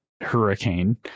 hurricane